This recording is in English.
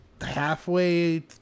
halfway